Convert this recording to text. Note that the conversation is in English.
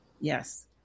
Yes